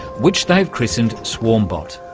which they've christened swarmbot. now,